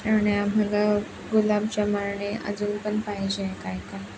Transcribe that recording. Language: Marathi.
आणि आम्हाला गुलाबजाम आणि अजून पण पाहिजे काही काही